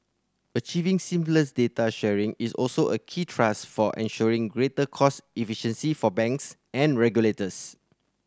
achieving seamless data sharing is also a key thrust for ensuring greater cost efficiency for banks and regulators